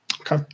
Okay